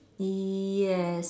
yes